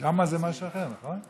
זה משהו אחר, נכון?